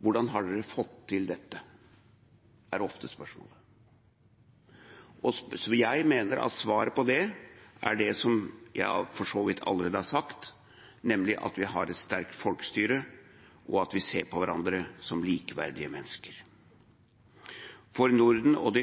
hvordan vi har fått til dette. Det er ofte et spørsmål. Jeg mener at svaret på det spørsmålet er det som jeg for så vidt allerede har sagt, nemlig at vi har et sterkt folkestyre, og at vi ser på hverandre som likeverdige mennesker. Norden og det